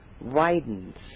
widens